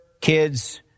kids